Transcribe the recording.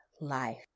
life